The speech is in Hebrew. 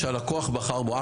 שהלקוח בחר בו.